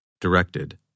Directed